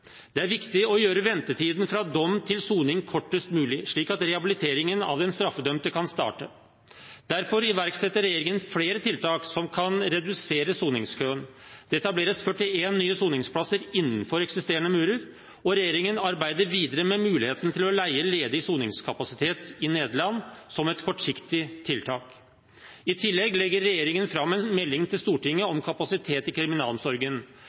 Det er viktig å gjøre ventetiden fra dom til soning kortest mulig, slik at rehabiliteringen av den straffedømte kan starte. Derfor iverksetter regjeringen flere tiltak som kan redusere soningskøen. Det etableres 41 nye soningsplasser innenfor eksisterende murer, og regjeringen arbeider videre med muligheten til å leie ledig soningskapasitet i Nederland, som et kortsiktig tiltak. I tillegg legger regjeringen fram en melding til Stortinget om kapasiteten i kriminalomsorgen.